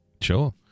sure